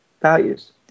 values